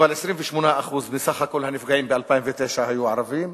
אבל 28% מכלל הנפגעים ב-2009 היו ערבים,